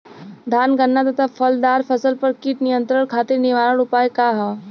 धान गन्ना तथा फलदार फसल पर कीट नियंत्रण खातीर निवारण उपाय का ह?